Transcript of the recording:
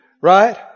Right